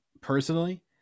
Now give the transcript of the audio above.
personally